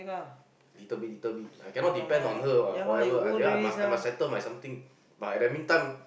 little bit little bit I cannot depend on her what forever I cannot I must handle my something